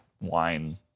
wine